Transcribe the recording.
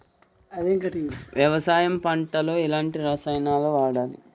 వ్యవసాయం పంట లో ఎలాంటి రసాయనాలను వాడాలి?